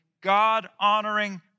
God-honoring